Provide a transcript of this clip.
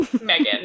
Megan